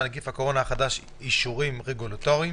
- נגיף הקורונה החדש) (אישורים רגולטוריים),